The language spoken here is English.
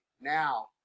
now